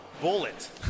bullet